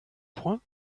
point